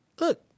look